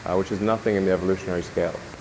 which is nothing in the evolutionary scale.